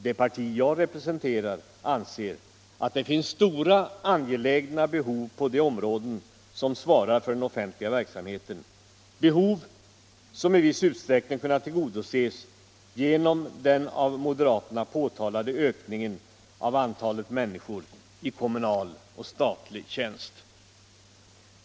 Det parti jag representerar anser att det finns stora, angelägna behov på de områden som svarar för den offentliga verksamheten — behov som i viss utsträckning kunnat tillgodoses genom den av moderaterna påtalade ökningen av antalet människor i kommunal och statlig tjänst.